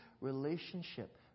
relationship